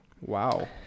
Wow